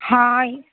हा